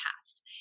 past